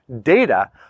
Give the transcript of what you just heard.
data